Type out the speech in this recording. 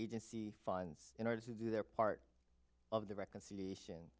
agency funds in order to do their part of the reconciliation